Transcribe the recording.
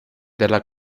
della